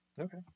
Okay